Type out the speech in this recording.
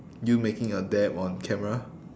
you making a dab on camera